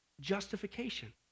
justification